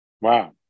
Wow